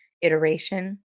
iteration